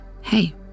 hey